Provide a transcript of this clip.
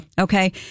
okay